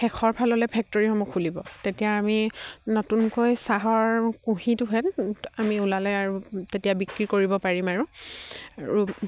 শেষৰ ফাললৈ ফেক্টৰীসমূহ খুলিব তেতিয়া আমি নতুনকৈ চাহৰ কুঁহিটোহঁত আমি ওলালে আৰু তেতিয়া বিক্ৰী কৰিব পাৰিম আৰু